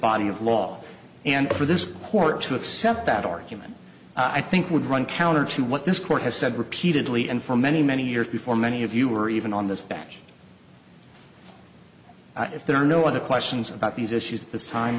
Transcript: body of law and for this poor to accept that argument i think would run counter to what this court has said repeatedly and for many many years before many of you were even on this back if there are no other questions about these issues at this time